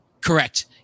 correct